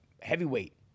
heavyweight